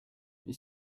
mais